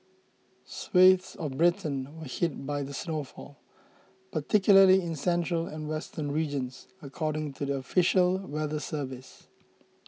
swathes of Britain were hit by the snowfall particularly in central and western regions according to the official weather service